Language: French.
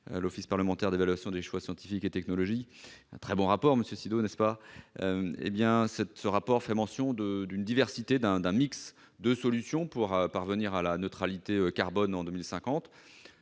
l'Office parlementaire d'évaluation des choix scientifiques et technologiques,- un très bon rapport n'est-ce pas, monsieur Sido ? -fait mention d'une diversité, d'un mix de solutions pour parvenir à la neutralité carbone en 2050